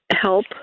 help